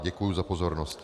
Děkuji za pozornost.